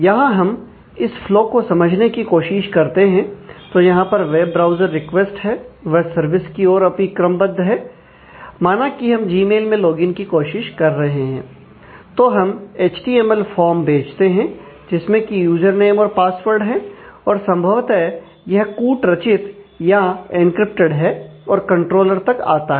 यहां हम इस फ्लो तक आता है